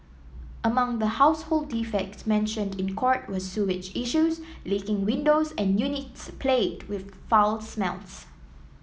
among the household defects mentioned in court were sewage issues leaking windows and units plagued with foul smells